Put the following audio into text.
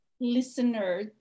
listener